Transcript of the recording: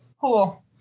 Cool